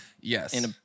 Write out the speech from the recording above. Yes